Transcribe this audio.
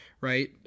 Right